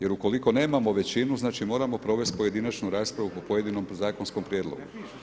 Jer ukoliko nemamo većinu, znači moramo provesti pojedinačnu raspravu po pojedinom zakonskom prijedlogu.